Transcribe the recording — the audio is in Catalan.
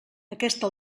aquesta